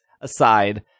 aside